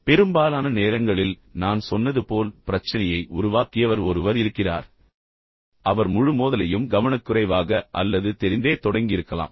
பெரும்பாலான நேரங்களில் நான் சொன்னது போல் பிரச்சனையை உருவாக்கியவர் ஒருவர் இருக்கிறார் அவர் முழு மோதலையும் கவனக்குறைவாக அல்லது தெரிந்தே தொடங்கியிருக்கலாம்